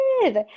good